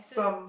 some